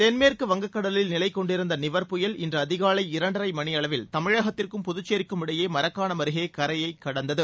தென்மேற்கு வங்கக்கடலில் நிலைகொண்டிருந்த நிவர் புயல் இன்று அதிகாலை இரண்டரை மணியளவில் தமிழகத்திற்கும் புதுச்சேரிக்கும் இடையே மரக்காணம் அருகே கரையைக் கடந்தது